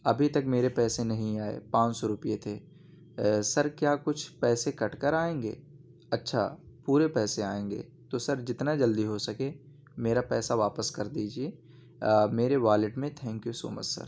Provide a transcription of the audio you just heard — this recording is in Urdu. ابھی تک میرے پیسے نہیں آئے پانچ سو روپیے تھے سر کیا کچھ پیسے کٹ کر آئیں گے اچّھا پورے پیسے آئیں گے تو سر جتنا جلدی ہو سکے میرا پیسہ واپس کر دیجیے میرے والیٹ میں thank you so much sir